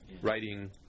writing